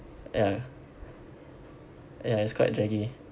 ya ya it's quite draggy